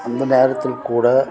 அந்த நேரத்தில் கூட